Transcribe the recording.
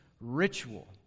ritual